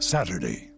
Saturday